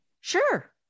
Sure